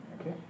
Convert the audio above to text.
Okay